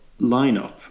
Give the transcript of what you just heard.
lineup